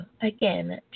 again